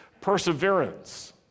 perseverance